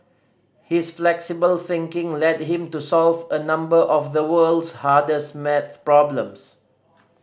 his flexible thinking led him to solve a number of the world's hardest Maths problems